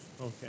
Okay